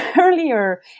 earlier